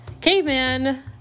caveman